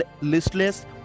listless